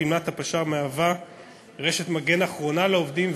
גמלת הפש"ר מהווה רשת מגן אחרונה לעובדים,